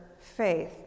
faith